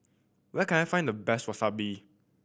where can I find the best Wasabi